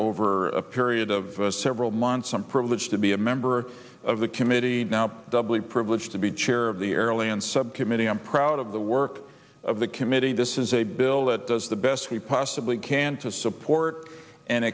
over a period of several months i'm privileged to be a member of the committee now doubly privileged to be chair of the early and subcommittee i'm proud of the work of the committee this is a bill that does the best we possibly can to support and